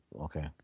Okay